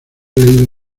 leído